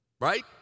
right